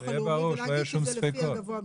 הלאומי ולהעתיק את זה לפי הגבוה מביניהם.